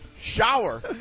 shower